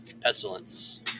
pestilence